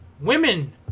Women